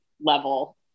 level